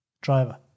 driver